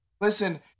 Listen